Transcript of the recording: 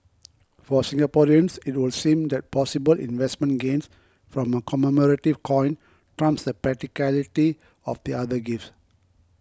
for Singaporeans it would seem that possible investment gains from a commemorative coin trumps the practicality of the other gifts